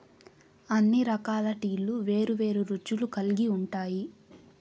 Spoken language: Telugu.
అన్ని రకాల టీలు వేరు వేరు రుచులు కల్గి ఉంటాయి